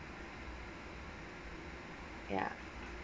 ya